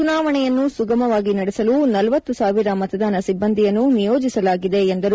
ಚುನಾವಣೆಯನ್ನು ಸುಗಮವಾಗಿ ನಡೆಸಲು ಳಂಸಾವಿರ ಮತದಾನ ಸಿಬ್ಬಂದಿಯನ್ನು ನಿಯೋಜಿಸಲಾಗಿದೆ ಎಂದರು